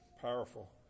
powerful